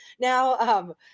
Now